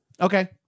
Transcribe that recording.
Okay